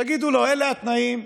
תגידו לו: אלה התנאים.